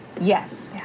yes